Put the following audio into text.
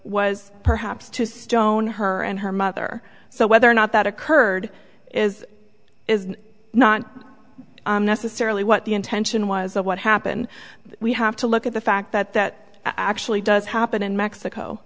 was perhaps to stone her and her mother so whether or not that occurred is not necessarily what the intention was of what happened we have to look at the fact that that actually does happen in mexico